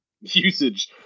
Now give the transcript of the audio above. usage